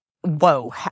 whoa